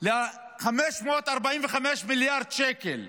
ל-545 מיליארד שקל.